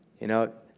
you know,